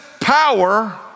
power